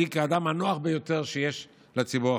כאדם הנוח ביותר שיש לציבור החרדי.